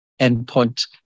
endpoint